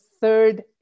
third